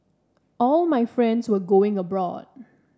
all my friends were going abroad